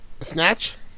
Snatch